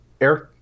Eric